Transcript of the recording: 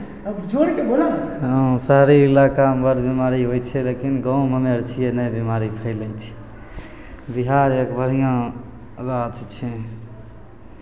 हँ शहरी ईलाकामे बड बीमारी होइ छै लेकिन गाँवमे हमे अर छियै नहि बिमारी फैलै छै बिहार एक बढ़िआँ राज्य छै